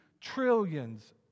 trillions